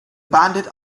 banded